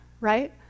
right